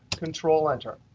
control enter.